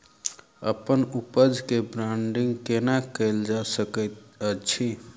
अप्पन उपज केँ ब्रांडिंग केना कैल जा सकैत अछि?